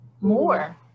more